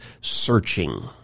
searching